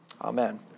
Amen